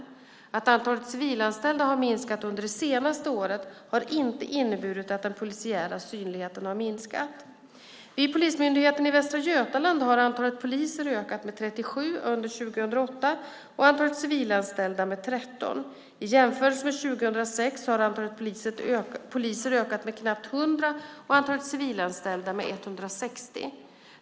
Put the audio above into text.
Att antalet civilanställda har minskat under det senaste året har inte inneburit att den polisiära synligheten har minskat. Vid Polismyndigheten i Västra Götaland har antalet poliser ökat med 37 under 2008 och antalet civilanställda med 13. I jämförelse med 2006 har antalet poliser ökat med knappt 100 och antalet civilanställda med 160.